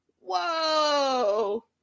Whoa